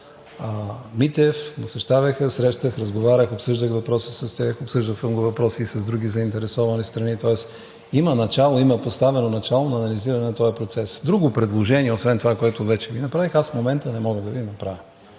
Митев – посещавах я, срещах се, разговарях, обсъждах въпроса с тях, обсъждал съм въпроса и с други заинтересовани страни, тоест има поставено начало на реализирането на този процес. Друго предложение освен това, което вече направих, в момента не мога да Ви направя.